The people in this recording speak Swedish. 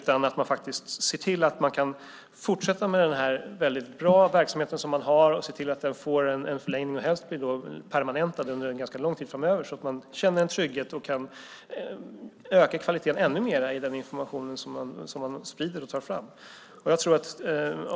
Man bör se till att man kan fortsätta med den verksamhet man har, som är bra, och se till att den får en förlängning och helst blir permanentad under ganska lång tid framöver så att man känner trygghet och kan öka kvaliteten ännu mer i den information som man tar fram och sprider.